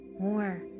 more